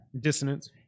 Dissonance